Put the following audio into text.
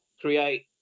create